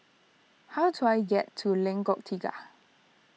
how do I get to Lengkok Tiga